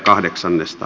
asiasta